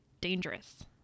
dangerous